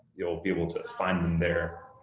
you'll be able to find them there,